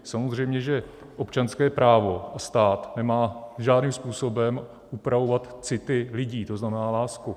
Samozřejmě, že občanské právo a stát nemá žádným způsobem upravovat city lidí, to znamená lásku.